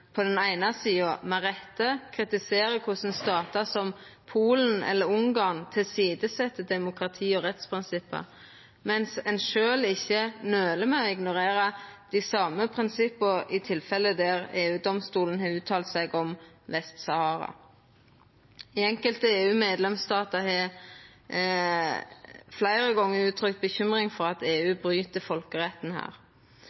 på den eine sida – med rette – kritiserer korleis statar som Polen eller Ungarn set til side demokrati og rettsprinsipp, mens ein sjølv ikkje nøler med å ignorera dei same prinsippa i tilfelle der EU-domstolen har uttalt seg om Vest-Sahara. Enkelte EU-medlemsstatar har fleire gonger uttrykt bekymring for at